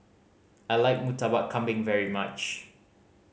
I like Murtabak Kambing very much